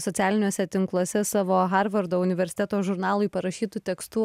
socialiniuose tinkluose savo harvardo universiteto žurnalui parašytu tekstu